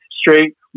straight